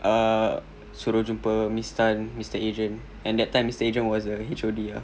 err suruh jumpa miss tan mister adrian and that time mister adrian was a H_O_D ah